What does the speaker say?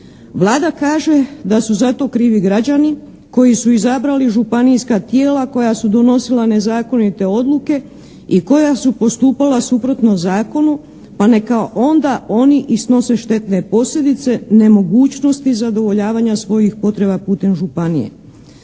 Vlada kaže da su za to krivi građani koji su izabrali županijska tijela koja su donosila nezakonite odluke i koja su postupala suprotno zakonu pa neka onda oni i snose štetne posljedice, nemogućnosti zadovoljavanja svojih potreba putem županije.